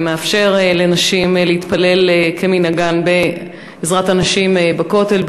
והוא מאפשר לנשים להתפלל כמנהגן בעזרת הנשים בכותל,